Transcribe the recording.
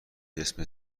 جسم